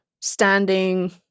standing